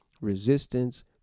resistance